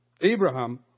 Abraham